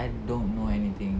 I don't know anything